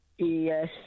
Yes